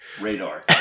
radar